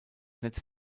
netz